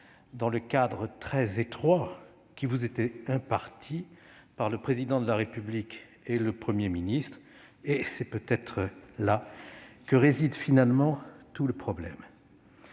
le cadre étroit qui vous était fixé par le Président de la République et le Premier ministre. C'est peut-être là que réside finalement tout le problème